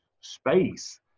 space